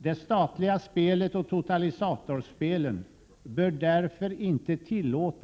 Det statliga spelet och totalisatorspelen bör därför inte tillåtas att Prot.